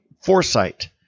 foresight